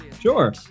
sure